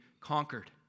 conquered